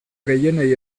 gehienei